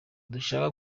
dushaka